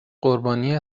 قربانی